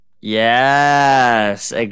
Yes